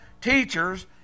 teachers